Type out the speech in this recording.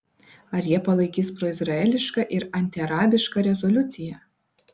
ar jie palaikys proizraelišką ir antiarabišką rezoliuciją